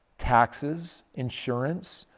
taxes, insurance,